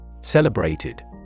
Celebrated